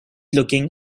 looking